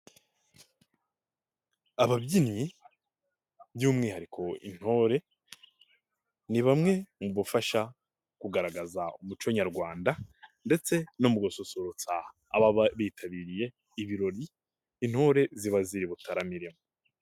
Ababyinnyi by'umwihariko Intore ni bamwe mu bafasha kugaragaza umuco nyarwanda ndetse no mu gususurutsa ababa bitabiriye ibirori Intore ziba ziri butaramiremo.